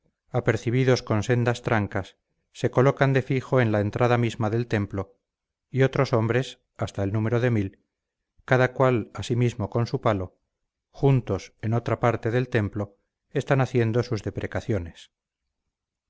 apercibidos con sendas trancas se colocan de fijo en la entrada misma del templo y otros hombres hasta el número de mil cada cual así mismo con su palo juntos en otra parte del templo están haciendo sus deprecaciones